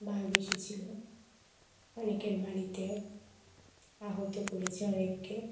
বাঘ এসেছিলো অনেকের বাড়িতে আহত করেছে অনেককে